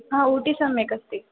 हा ऊटि सम्यक् अस्ति